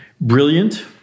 brilliant